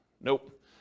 nope